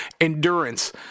endurance